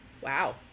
wow